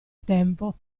tempo